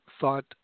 thought